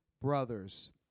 brothers